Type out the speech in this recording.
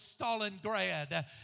Stalingrad